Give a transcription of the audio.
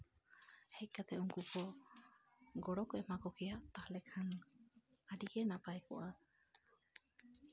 ᱦᱮᱡ ᱠᱟᱛᱮᱫ ᱩᱱᱠᱩ ᱠᱚ ᱜᱚᱲᱚᱠᱚ ᱮᱢᱟ ᱠᱚ ᱠᱮᱭᱟ ᱛᱟᱦᱞᱮ ᱠᱷᱟᱱ ᱟᱹᱰᱤᱜᱮ ᱱᱟᱯᱟᱭ ᱠᱚᱜᱼᱟ